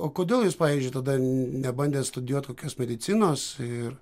o kodėl jūs pavyzdžiui tada nebandėt studijuot kokios medicinos ir